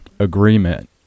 agreement